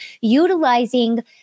utilizing